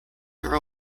her